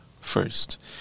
first